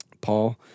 Paul